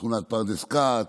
שכונת פרדס כץ,